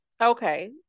okay